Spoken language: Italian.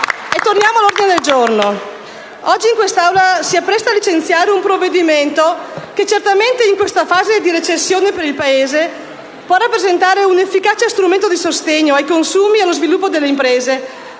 all'ordine del giorno. Oggi questa Assemblea si appresta a licenziare un provvedimento che certamente in questa fase di recessione per il Paese può rappresentare un efficace strumento di sostegno ai consumi e allo sviluppo delle imprese,